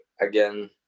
again